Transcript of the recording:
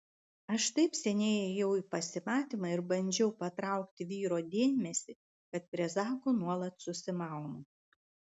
aš taip seniai ėjau į pasimatymą ir bandžiau patraukti vyro dėmesį kad prie zako nuolat susimaunu